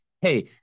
hey